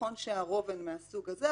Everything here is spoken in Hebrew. נכון שהרוב הם מהסוג הזה,